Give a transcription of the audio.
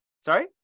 Sorry